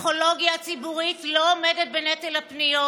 הפסיכולוגיה הציבורית לא עומדת בנטל הפניות.